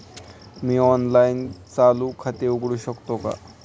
मी online चालू खाते उघडू शकते का?